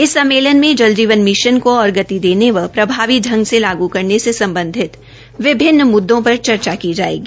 इस सम्मेलन में जल जीवन मिशन को और गति देने व प्रभावी ांग से से लागू करने से सम्बधित विभिन्न मुद्दों पर चर्चा की जायेगी